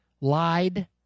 lied